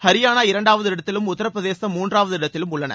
ஹரியானாஇரண்டாவது இடத்திலும் உத்திரபிரதேசம் மூன்றாவது இடத்திலும் உள்ளன